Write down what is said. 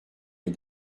les